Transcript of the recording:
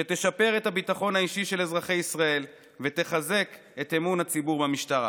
שתשפר את הביטחון האישי של אזרחי ישראל ותחזק את אמון הציבור במשטרה.